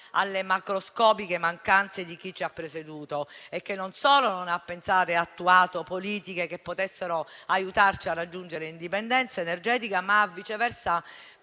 alle macroscopiche mancanze di chi ci ha preceduto e che non solo non ha pensato e attuato politiche che potessero aiutarci a raggiungere l'indipendenza energetica, ma ha, viceversa,